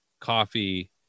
coffee